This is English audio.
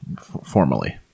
formally